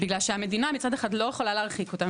כי המדינה מצד אחד לא יכולה להרחיק אותם,